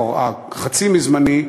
חצי מזמני,